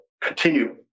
continue